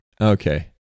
Okay